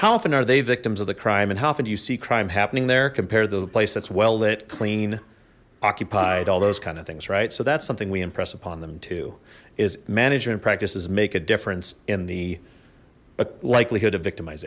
how often are they victims of the crime and how could you see crime happening there compared to the place that's well lit clean occupied all those kind of things right so that's something we impress upon them too is management practices make a difference in the likelihood of victimiz